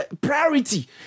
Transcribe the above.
priority